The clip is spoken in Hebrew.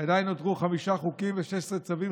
שעדיין נותרו חמישה חוקים ו-16 צווים